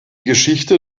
geschichte